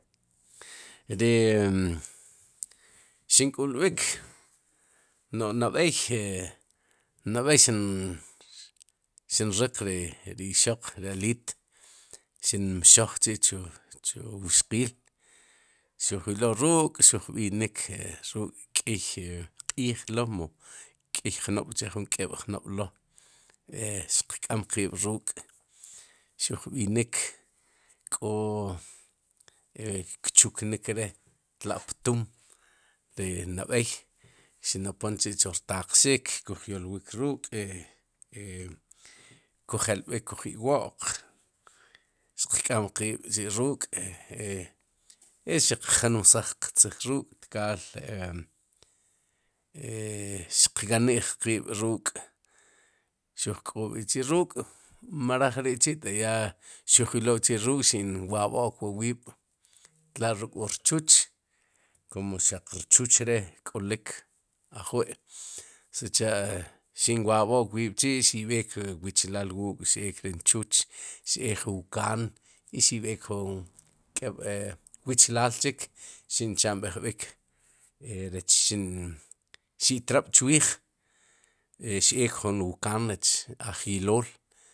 Ri xin k'ulb'ik no'j nab'eey xin ri ri ixoq, ri aliit. xim mxoox chi' chu wxqiil, xuj ylow ruuk, xuj b'inik k 'iy q'iij lo' mu k'iy jnob' mu k'eeb' jnob'lo' e xiq k'am q'iib'ruuk, xuj b'inik, k'oo kchuk nik re' tla'ptum, ri nab'eey ximnopom chi'chu rtaqqxik. kuj yoolwiik ruuk'e e kuj jelb'ik kuj iwa'q, xiq k'aam kiib' chi'' ruuk' e i xiq jnomsaj qsiiy ruuk'tkaal. e tkaal xiq qani'j kiib' ruuk' xuj koob'chi' ruuk' mroj ri chi' ta ya xujylowchi' ruuk, xi'm wab'ook wa wiib' tla' ruk wur chuuch, kum xaq rchuch re k'olik, ajwi' sicha' xi'n wawo'k wiib' chi' xi'b'eek ri wichilaa quuk' xeek rin chuuch, xeek jun wkaan, i xi'béej jun k'eeb'wichilaal, chik xe'nchamb'ejb'ik, rech xin xi'ttrab' chwiij, xeek jun wkaan rech ajylool.